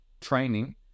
training